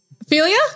Ophelia